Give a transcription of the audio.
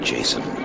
Jason